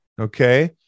okay